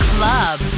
Club